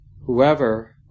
Whoever